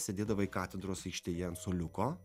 sėdėdavai katedros aikštėje an suoliuko